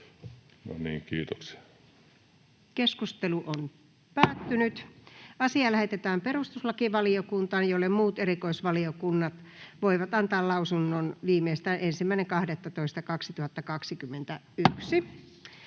päiväjärjestyksen 11. asia. Asia lähetetään perustuslakivaliokuntaan, jolle muut erikoisvaliokunnat voivat antaa lausunnon viimeistään 1.12.2021.